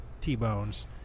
T-bones